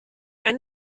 einen